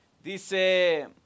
Dice